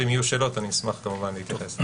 ואם יהיו שאלות אני אשמח כמובן להתייחס.